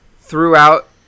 throughout